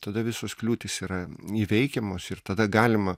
tada visos kliūtys yra įveikiamos ir tada galima